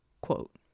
quote